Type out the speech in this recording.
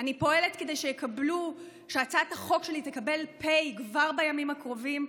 אני פועלת כדי שהצעת החוק שלי תקבל פ' כבר בימים הקרובים,